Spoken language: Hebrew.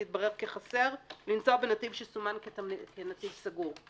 התברר כחסר - לנסוע בנתיב שסומן כנתיב סגור.